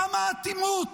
כמה אטימות,